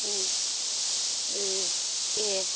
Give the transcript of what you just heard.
उम ओ दे